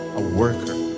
a worker.